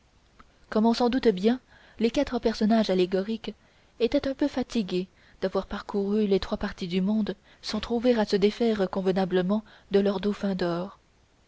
on s'en doute bien les quatre personnages allégoriques étaient un peu fatigués d'avoir parcouru les trois parties du monde sans trouver à se défaire convenablement de leur dauphin d'or